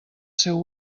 seu